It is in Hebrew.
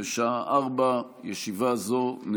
בשעה 16:00.